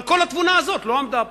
אבל כל התבונה הזאת לא עמדה פה.